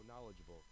knowledgeable